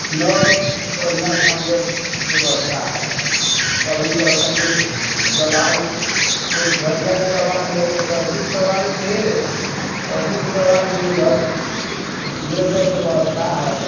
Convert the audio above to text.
न बढ़िऑं ढंगक व्यवस्था है कभी कहतैन जे दबाई पेटझरिया के दबाई है तऽ सर्दी के दबाई ले सर्दी के दबाई मिलत इहे सब व्यवस्था है